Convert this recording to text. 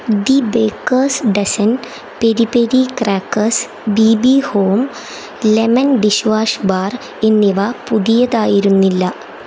the baker's dozen peri peri crackers B B home lemon dishwash bar എന്നിവ പുതിയതായിരുന്നില്ല